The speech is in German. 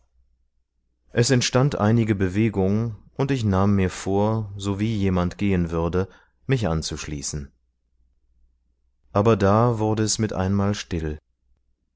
es entstand einige bewegung und ich nahm mir vor sowie jemand gehen würde mich anzuschließen aber da wurde es mit einemmal still